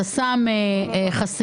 אתה שם חסימות?